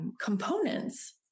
components